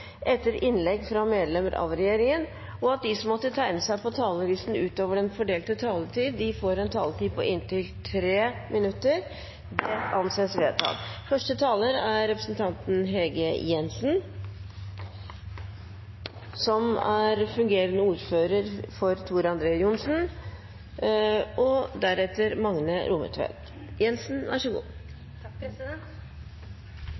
etter innlegg fra medlemmer av regjeringen, og at de som måtte tegne seg på talerlisten utover den fordelte taletid, får en taletid på inntil 3 minutter. – Det anses vedtatt. Første taler er representanten Hege Jensen, som er fungerende saksordfører i Tor